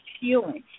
healing